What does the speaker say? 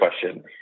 question